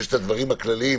יש הדברים הכלליים